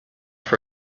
for